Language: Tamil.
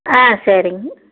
ஆ சரிங்க